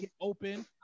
open